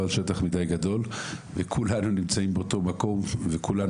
לא על שטח מידי גדול וכולנו נמצאים פה באותו המקום וכולנו